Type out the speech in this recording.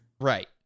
Right